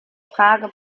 frage